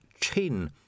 chin